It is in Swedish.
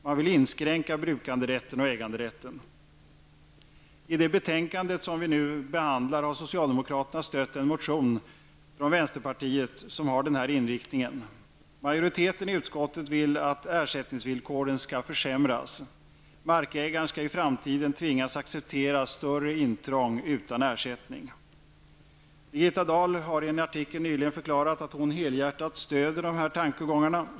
Man vill inskränka ägande och brukanderätten. I det betänkande som vi nu behandlar har socialdemokraterna stött en motion från vänsterpartiet som har denna inriktning. Utskottsmajoriteten vill att ersättningsvillkoren skall försämras. Markägaren skall i framtiden tvingas acceptera större intrång utan ersättning. Birgitta Dahl har i en artikel nyligen förklarat att hon helhjärtat stöder dessa tankegångar.